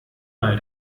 mal